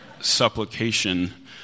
supplication